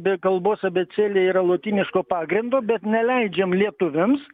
be kalbos abėcėlė yra lotyniško pagrindo bet neleidžiam lietuviams